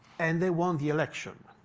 and they won the election.